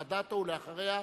ואחריה,